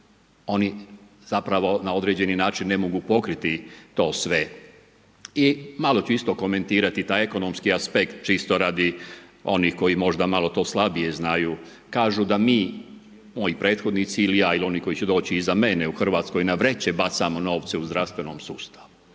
oni zapravo na određeni način ne mogu pokriti to sve. I malo ću isto komentirati taj ekonomski aspekt čisto radi onih koji možda malo to slabije znaju. Kažu da mi, moji prethodnici ili ja, ili oni koji će doći iza mene u Hrvatskoj, na vreće bacamo novce u zdravstvenom sustavu